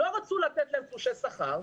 לא רצו לתת להם תלושי שכר,